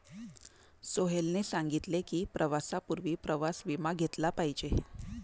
सोहेलने सांगितले की, प्रवासापूर्वी प्रवास विमा घेतला पाहिजे